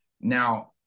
Now